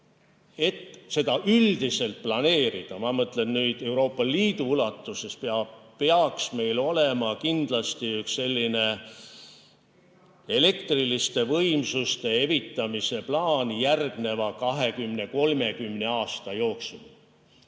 et seda üldiselt planeerida, ma mõtlen Euroopa Liidu ulatuses, peaks meil kindlasti olema üks selline elektriliste võimsuste evitamise plaan järgmise 20–30 aasta jooksul.